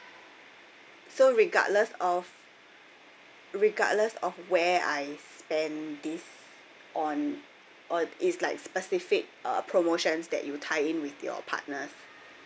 so regardless of regardless of where I spend this on or it's like specific uh promotions that you tie in with your partners